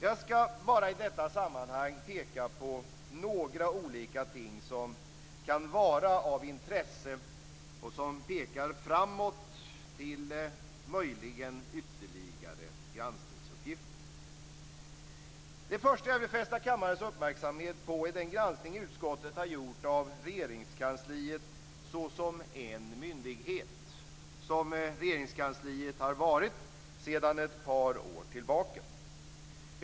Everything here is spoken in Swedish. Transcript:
Jag ska i detta sammanhang peka på några olika ting som kan vara av intresse och som pekar framåt till möjligen ytterligare granskningsuppgifter. Det första jag vill fästa kammarens uppmärksamhet på är den granskning utskottet har gjort av Regeringskansliet såsom en myndighet, som Regeringskansliet har varit sedan ett par år tillbaka.